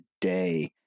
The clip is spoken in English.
today